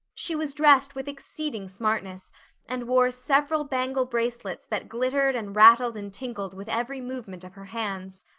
she was dressed with exceeding smartness and wore several bangle bracelets that glittered and rattled and tinkled with every movement of her hands.